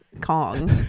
Kong